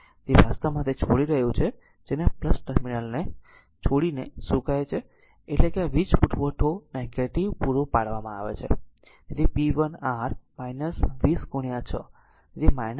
તેથી તે વાસ્તવમાં તે r છોડી રહ્યું છે જેને આ ટર્મિનલ છોડીને શું કહે છે એટલે કે વીજ પુરવઠો નેગેટીવ પૂરો પાડવામાં આવે છે તેથી p 1 r 20 6